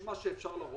שיש את מה שאפשר להראות,